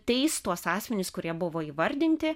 teis tuos asmenis kurie buvo įvardinti